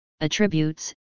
attributes